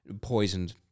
poisoned